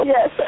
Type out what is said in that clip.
Yes